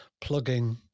plugging